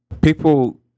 people